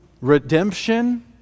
Redemption